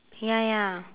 ya ya